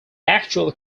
actual